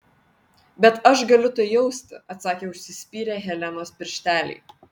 bet aš galiu tai jausti atsakė užsispyrę helenos piršteliai